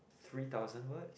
three thousand words